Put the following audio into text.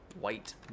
white